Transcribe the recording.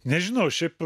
nežinau šiaip